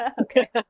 Okay